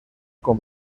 con